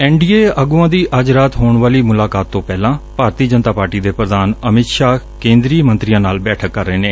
N D A ਆਗੂਆਂ ਦੀ ਅੱਜ ਰਾਤ ਹੋਣ ਵਾਲੀ ਬੈਠਕ ਤੋਂ ਪਹਿਲਾਂ ਭਾਰਤੀ ਜਨਤਾ ਪਾਰਟੀ ਦੇ ਪ੍ਰਧਾਨ ਅਮਿਤ ਸ਼ਾਹ ਕੇਦਰ ਮੰਤਰੀਆਂ ਨਾਲ ਮੁਲਾਕਾਤ ਕਰ ਰਹੇ ਨੇ